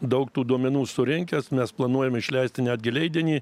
daug tų duomenų surinkęs mes planuojam išleisti netgi leidinį